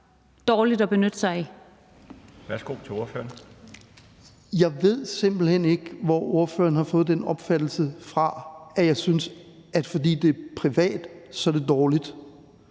Kl. 13:50 Søren Søndergaard (EL): Jeg ved simpelt hen ikke, hvor ordføreren har fået den opfattelse fra, at jeg synes, at fordi det er privat, er det dårligt.